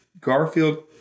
Garfield